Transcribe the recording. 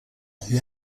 who